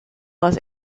was